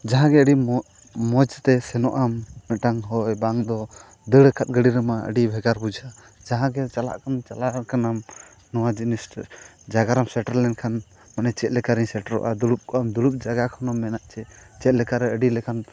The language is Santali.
ᱡᱟᱦᱟᱸ ᱜᱮ ᱟᱹᱰᱤ ᱢᱚᱡᱽ ᱛᱮ ᱥᱮᱱᱚᱜ ᱟᱢ ᱢᱤᱫᱴᱟᱝ ᱦᱚᱭ ᱵᱟᱝᱫᱚ ᱫᱟᱹᱲ ᱟᱠᱟᱫ ᱜᱟᱹᱰᱤ ᱨᱮᱢᱟ ᱟᱹᱰᱤ ᱵᱷᱮᱜᱟᱨ ᱵᱩᱡᱷᱟᱹᱜᱼᱟ ᱡᱟᱦᱟᱸ ᱜᱮ ᱪᱟᱞᱟᱜ ᱠᱟᱱᱟ ᱪᱟᱞᱟᱣ ᱠᱟᱱᱟᱢ ᱱᱚᱣᱟ ᱡᱤᱱᱤᱥᱴᱟᱜ ᱡᱟᱭᱜᱟ ᱨᱮ ᱥᱮᱴᱮᱨ ᱞᱮᱱᱠᱷᱟᱱ ᱢᱟᱱᱮ ᱪᱮᱫ ᱞᱮᱠᱟ ᱨᱤᱧ ᱥᱮᱴᱮᱨᱚᱜᱼᱟ ᱫᱩᱲᱩᱵ ᱠᱚᱜᱼᱟᱢ ᱫᱩᱲᱩᱵ ᱡᱟᱭᱜᱟ ᱠᱷᱚᱱ ᱦᱚᱢ ᱢᱮᱱᱟ ᱡᱮ ᱪᱮᱫ ᱞᱮᱠᱟᱨᱮ ᱟᱹᱰᱤ ᱞᱮᱠᱟᱱ